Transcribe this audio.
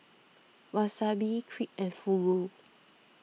Wasabi Crepe and Fugu